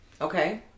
Okay